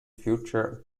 further